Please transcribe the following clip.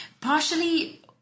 partially